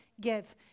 give